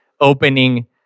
opening